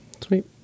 Sweet